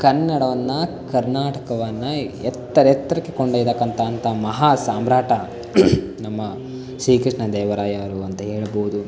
ಕನ್ನಡವನ್ನು ಕರ್ನಾಟಕವನ್ನು ಎತ್ತರೆತ್ತರಕ್ಕೆ ಕೊಂಡೊಯ್ತಕ್ಕಂಥ ಅಂತ ಮಹಾನ್ ಸಾಮ್ರಾಟ ನಮ್ಮ ಶ್ರೀ ಕೃಷ್ಣದೇವರಾಯ ಅಲ್ವ ಅಂತ ಹೇಳ್ಬಹದು